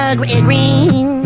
green